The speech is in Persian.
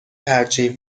ترجیح